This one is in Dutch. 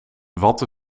wat